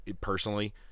personally